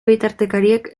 bitartekariek